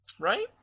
Right